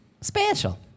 Special